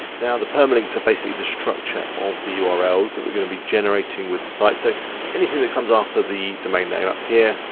now the permalinks are basically the structure of the ah urls that we're gonna be generating with the site, so anything that comes after the domain name up here,